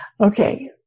Okay